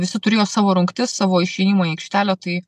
visi turėjo savo rungtis savo išėjimo aikštelę tai